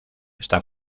está